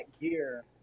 gear